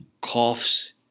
coughs